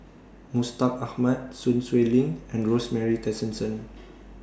Mustaq Ahmad Sun Xueling and Rosemary Tessensohn